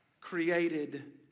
created